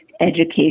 education